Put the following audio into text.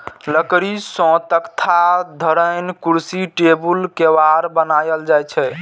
लकड़ी सं तख्ता, धरेन, कुर्सी, टेबुल, केबाड़ बनाएल जाइ छै